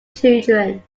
children